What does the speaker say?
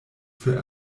für